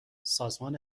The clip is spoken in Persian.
سازمان